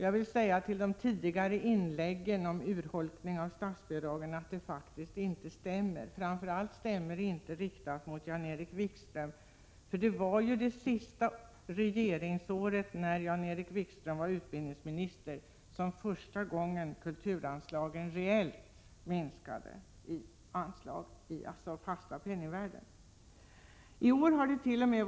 Jag vill säga till tidigare talare att inläggen om urholkning av statsbidragen inte stämmer, framför allt stämmer inte det Jan-Erik Wikström sade. Under hans sista år som utbildningsminister minskades för första gången kulturanslagen i fast penningvärde. I år har dett.o.m.